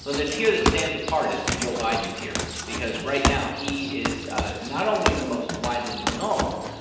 ah the tier that stands apart is the joe biden tier because right now he is ah not only the most widely known,